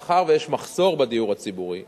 מאחר שיש מחסור בדיור הציבורי,